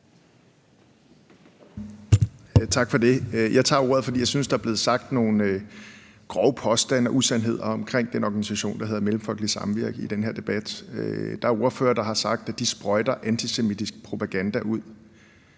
Tak for det. Jeg tager ordet, fordi jeg synes, der er blevet sagt nogle grove påstande og usandheder om den organisation, der hedder Mellemfolkeligt Samvirke, i den her debat. Der er ordførere, der har sagt, at de sprøjter antisemitisk propaganda ud.